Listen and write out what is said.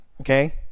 okay